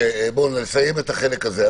נסיים את החלק הזה.